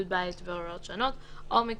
החדש) (בידוד בית והוראות שונות) (הוראת שעה),